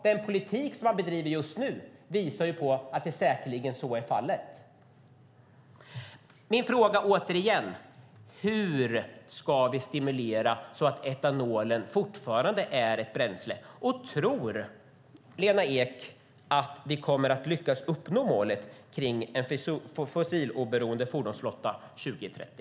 Den politik som man bedriver just nu visar att så är fallet. Hur ska vi stimulera så att etanol fortsätter att vara ett bränsle? Tror Lena Ek att vi kommer att lyckas uppnå målet om en fossiloberoende fordonsflotta 2030?